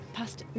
past